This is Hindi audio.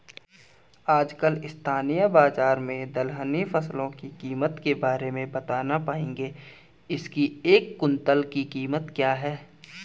आजकल स्थानीय बाज़ार में दलहनी फसलों की कीमत के बारे में बताना पाएंगे इसकी एक कुन्तल की कीमत क्या है?